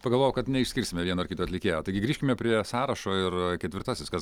pagalvojau kad neišskirsime vieno ar kito atlikėjo taigi grįžkime prie sąrašo ir ketvirtasis kas